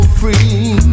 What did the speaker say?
free